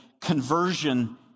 Conversion